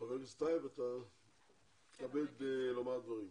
חבר הכנסת טייב, אתה מתכבד לומר דברים.